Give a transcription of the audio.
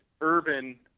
urban